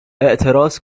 اعتراض